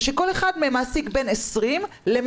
ושכל אחד מהם מעסיק בין 20 ל-120,